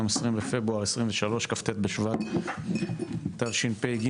היום 20 בפברואר 23, כ"ט בשבט תשפ"ג.